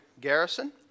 Garrison